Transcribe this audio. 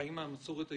חיים מהמסורת היהודית.